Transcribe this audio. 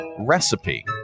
recipe